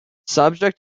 subject